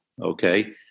okay